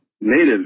Native